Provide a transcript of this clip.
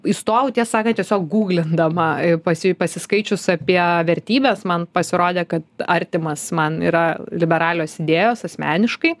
įstojau tiesą sakant tiesiog gūglindama pasi pasiskaičius apie vertybes man pasirodė kad artimas man yra liberalios idėjos asmeniškai